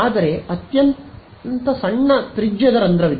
ಆದರೆ ಅತ್ಯಂತ ಸಣ್ಣ ತ್ರಿಜ್ಯದ ರಂಧ್ರವಿದೆ